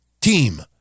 team